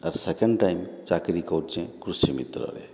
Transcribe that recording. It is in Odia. ଆର୍ ସେକେଣ୍ଡ୍ ଟାଇମ୍ ଚାକିର୍ କରୁଛି କୃଷି ମିତ୍ରରେ